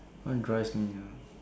what drives me ah